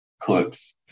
clips